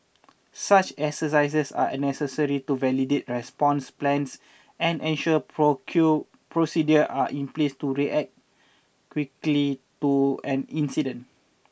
such exercises are necessary to validate response plans and ensure procedures are in place to react quickly to an incident